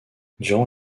durant